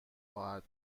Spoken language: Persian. خواهد